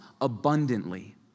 abundantly